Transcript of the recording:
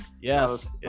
Yes